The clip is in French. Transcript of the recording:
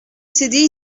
cdi